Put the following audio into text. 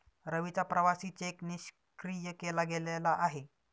रवीचा प्रवासी चेक निष्क्रिय केला गेलेला आहे